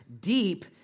deep